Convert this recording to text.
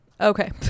okay